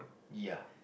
ya